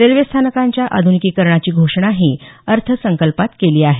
railway स्थानकांच्या आध्निकीकरणाची घोषणाही अर्थसंकल्पात केली आहे